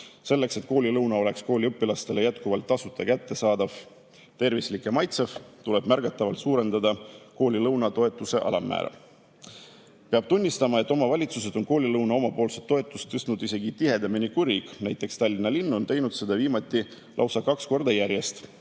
Selleks, et koolilõuna oleks kooliõpilastele jätkuvalt tasuta kättesaadav, tervislik ja maitsev, tuleb märgatavalt suurendada koolilõunatoetuse alammäära. Peab tunnistama, et omavalitsused on koolilõuna omapoolset toetust tõstnud isegi tihedamini kui riik. Näiteks Tallinna linn on teinud seda viimati lausa kaks korda järjest,